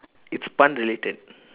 it's pun related